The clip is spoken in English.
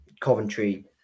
coventry